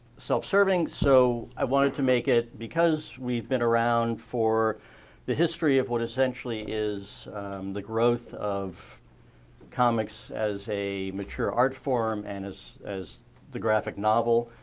self-serving, so i wanted to make it because we've been around for the history of what essentially is the growth of comics as mature art form and as as the graphic novel,